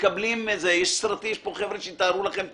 מקבלים יש פה חבר'ה שיתארו לכם תכף,